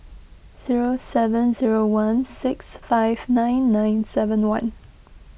zero seven zero one six five nine nine seven one